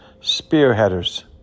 spearheaders